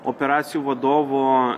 operacijų vadovo